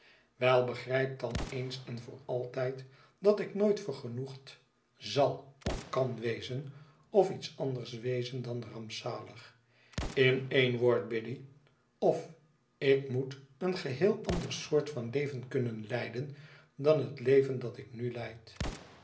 wei begrijp dan eens en voor altijd dat ik nooit vergenoegd zal of kan wezen of iets anders wezen dan rampzalig in een woord biddy of m moet een geheel ander soort van leven kunnen leiden dan het leven dat ik nu leid